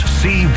see